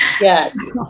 Yes